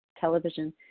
television